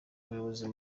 umuyobozi